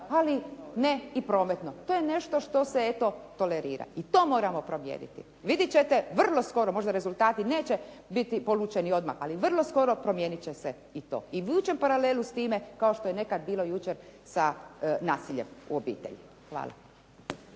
ali ne i prometno. To je nešto što se eto, tolerira i to moramo promijeniti. Vidjeti ćete, vrlo skoro, možda rezultati neće biti polučeni odmah, ali vrlo skoro promijenit će se i to. I vučem paralelu s time kao što je nekad bilo jučer sa nasiljem u obitelji. Hvala.